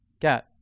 get